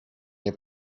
nie